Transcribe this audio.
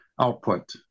output